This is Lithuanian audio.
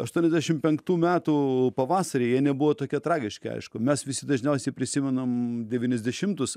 aštuoniasdešim metų pavasarį jie nebuvo tokie tragiški aišku mes visi dažniausiai prisimenam devyniasdešimtus